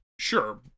Sure